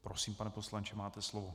Prosím, pane poslanče, máte slovo.